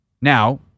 Now